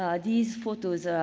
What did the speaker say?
these photos,